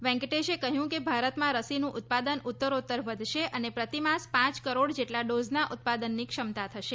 વૈંકટેશે કહ્યું કે ભારતમાં રસીનું ઉત્પાદન ઉત્તરોત્તર વધશે અને પ્રતિ માસ પાંચ કરોડ જેટલા ડોઝનો ઉત્પાદનની ક્ષમતા થશે